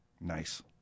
Nice